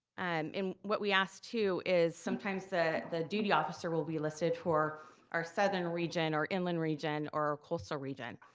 and um what we ask, too, is sometimes the the duty officer will be listed for our southern region or inland region or our coastal region.